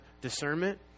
discernment